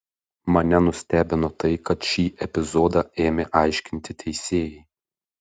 mane nustebino tai kad šį epizodą ėmė aiškinti teisėjai